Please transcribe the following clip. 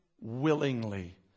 willingly